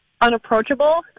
unapproachable